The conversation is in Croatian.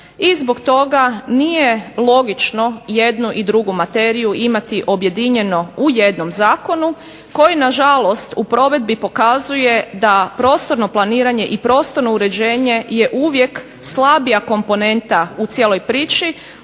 i zbog toga nije logično jednu i drugu materiju imati objedinjeno u jednom zakonu, koji na žalost u provedbi pokazuje da prostorno planiranje i prostorno uređenje je uvijek slabija komponenta u cijeloj priči,